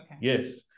Yes